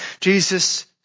Jesus